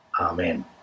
Amen